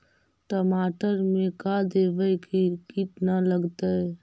टमाटर में का देबै कि किट न लगतै?